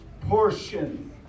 portion